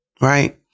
Right